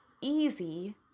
easy